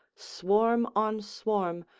swarm on swarm,